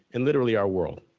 and literally our world.